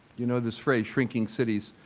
you know, this phrase shrinking cities,